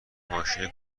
ماشین